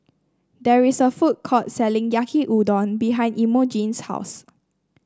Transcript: there is a food court selling Yaki Udon behind Imogene's house